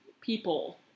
people